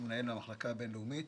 הוא מנהל המחלקה הבינלאומית,